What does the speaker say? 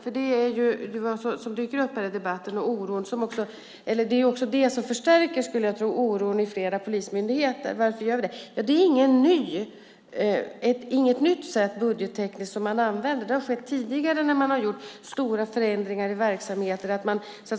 Jag tror att det också är det som förstärker oron i flera polismyndigheter. Varför gör vi det? Det är ingen ny budgetteknik som man använder. Det har skett tidigare när man har gjort stora förändringar i verksamheter.